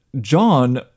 John